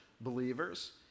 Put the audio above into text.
believers